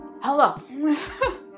Hello